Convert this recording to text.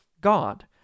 God